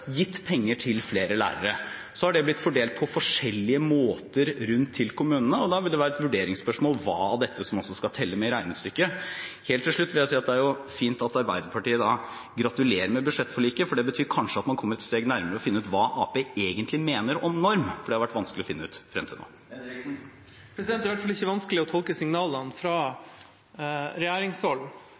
gitt penger til flere lærere. Så har det blitt fordelt på forskjellige måter til kommunene, og da vil det være et vurderingsspørsmål hva av dette som også skal telle med i regnestykket. Helt til slutt vil jeg si at det er fint at Arbeiderpartiet gratulerer med budsjettforliket, for det betyr kanskje at man kommer et steg nærmere med hensyn til å finne ut hva Arbeiderpartiet egentlig mener om norm, for det har det vært vanskelig å finne ut frem til nå. Det er i hvert fall ikke vanskelig å tolke signalene fra regjeringshold.